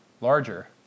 larger